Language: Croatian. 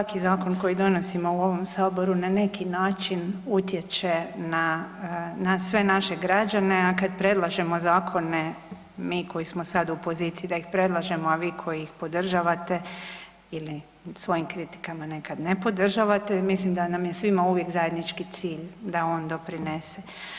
Svaki zakon koji donosimo u ovom Saboru na neki način utječe na sve naše građane, a kad predlažemo zakone mi koji smo sad u poziciji da ih predlažemo, a vi koji ih podržavate ili svojim kritikama nekad ne podržavate, mislim da nam je svima uvijek zajednički cilj da on doprinese.